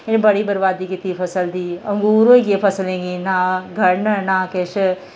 बड़ी बर्बादी कीती फसल दी अंगूर होई गे फसलें गी नां गड़न ना किश